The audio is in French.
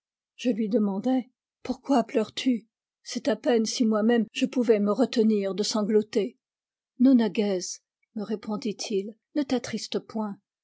je lui demandai pourquoi pleures-tu c'est à peine si moi-même je pouvais me retenir de sangloter nona gèz me répondit-il ne t'attriste point